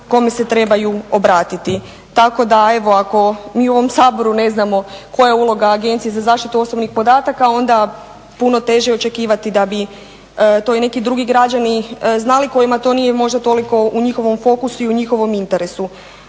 kome se trebaju obratiti. Tako da evo ako mi u ovom Saboru ne znamo koja je uloga Agencije za zaštitu osobnih podataka onda je puno teže očekivati da bi to i neki drugi građani znali kojima to nije možda toliko u njihovom fokusu i u njihovom interesu.